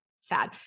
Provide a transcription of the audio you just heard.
sad